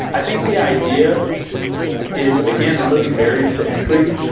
i think the idea is, again, removing barriers to entry.